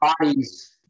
bodies